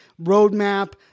roadmap